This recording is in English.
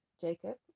Jacob